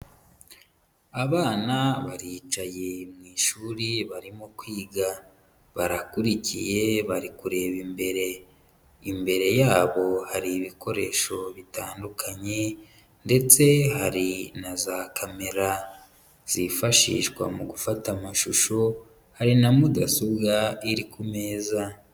Abana baricaye mu ishuri barimo kwiga, barakurikiye bari kureba imbere, imbere yabo hari ibikoresho bitandukanye, ndetse hari na za camera zifashishwa mu gufata amashusho, hari na mudasobwa iri ku meza.